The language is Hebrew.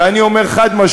ואני אומר חד-משמעית,